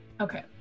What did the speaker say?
Okay